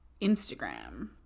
Instagram